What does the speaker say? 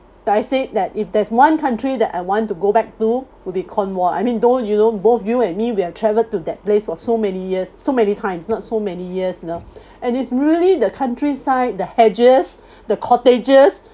I said that if there's one country that I want to go back to would be cornwall I mean don't you don't both you and me we've travelled to that place for so many years so many times not so many years you know and it's really the countryside the hedges the cottages